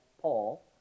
Paul